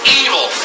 evil